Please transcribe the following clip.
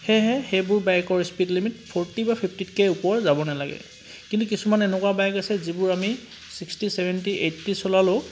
সেয়েহে সেইবোৰ বাইকৰ স্পীড লিমিট ফোৰ্টি বা ফিফ্টিতকৈ ওপৰ যাব নালাগে কিন্তু কিছুমান এনেকুৱা বাইক আছে যিবোৰ আমি ছিক্সটি ছেভেনটি এইটি চলালেও